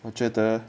我觉得